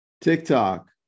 TikTok